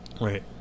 right